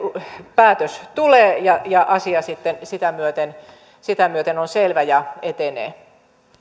päätös tulee ja ja asia sitten sitä myöten sitä myöten on selvä ja etenee